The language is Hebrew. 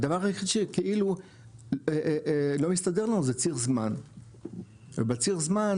הדבר היחיד שכאילו לא מסתדר לנו זה ציר זמן ובציר זמן,